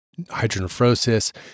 hydronephrosis